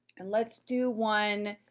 and let's do one.